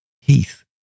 Heath